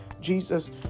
Jesus